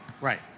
Right